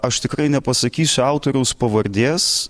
aš tikrai nepasakysiu autoriaus pavardės